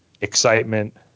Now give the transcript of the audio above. excitement